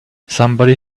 somebody